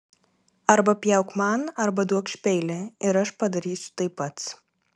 arba pjauk man arba duokš peilį ir aš padarysiu tai pats